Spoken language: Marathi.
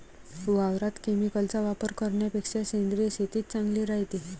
वावरात केमिकलचा वापर करन्यापेक्षा सेंद्रिय शेतीच चांगली रायते